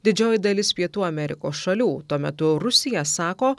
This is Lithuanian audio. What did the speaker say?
didžioji dalis pietų amerikos šalių tuo metu rusija sako